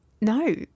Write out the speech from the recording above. no